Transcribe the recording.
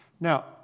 Now